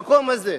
במקום הזה,